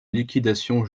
liquidation